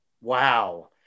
Wow